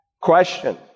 Question